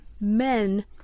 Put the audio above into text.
men